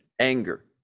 anger